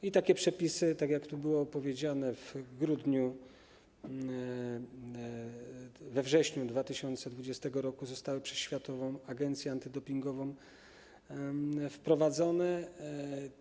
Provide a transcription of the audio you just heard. I takie przepisy, tak jak tu było powiedziane w grudniu, we wrześniu 2020 r. zostały przez Światową Agencję Antydopingową wprowadzone.